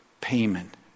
payment